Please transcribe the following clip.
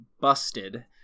busted